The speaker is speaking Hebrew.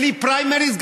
בלי פריימריז,